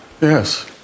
Yes